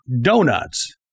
donuts